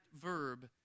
verb